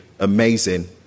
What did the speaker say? Amazing